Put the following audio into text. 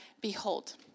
Behold